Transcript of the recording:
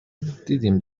دیدیم